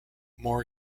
more